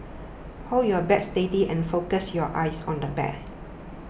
hold your bat steady and focus your eyes on the bed